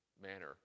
Manner